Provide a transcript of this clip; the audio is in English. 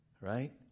Right